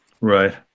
Right